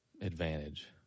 advantage